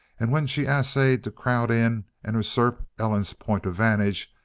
and when she essayed to crowd in and usurp ellen's point of vantage,